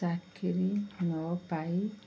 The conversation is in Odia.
ଚାକିରି ନ ପାଇ